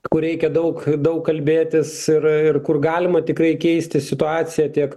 kur reikia daug daug kalbėtis ir ir kur galima tikrai keisti situaciją tiek